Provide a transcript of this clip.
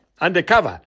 undercover